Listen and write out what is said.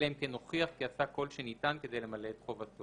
אלא אם כן הוכיח כי עשה כל שניתן כדי למלא את חובתו.